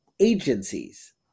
Agencies